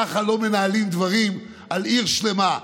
ככה לא מנהלים דברים על עיר שלמה,